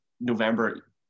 November